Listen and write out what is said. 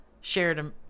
shared